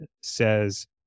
says